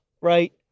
right